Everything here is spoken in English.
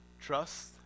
Trust